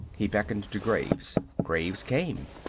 he beckoned to graves. graves came.